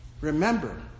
Remember